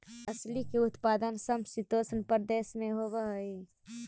अलसी के उत्पादन समशीतोष्ण प्रदेश में होवऽ हई